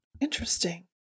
Interesting